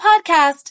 podcast